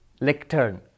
lectern